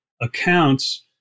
accounts